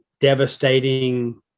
devastating